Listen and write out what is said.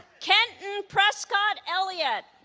kenton prescott eliot